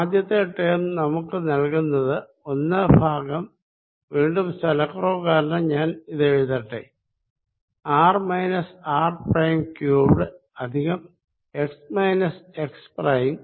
ആദ്യത്തെ ടേം നമുക്ക് നൽകുന്നത് ഒന്ന് ഭാഗം വീണ്ടും സ്ഥലക്കുറവു കാരണം ഞാൻ ഇത് എഴുതട്ടെ R minus R prime cubed plus X minus X prime